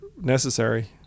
necessary